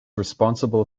responsible